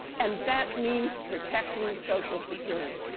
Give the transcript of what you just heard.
and that means protecting social security.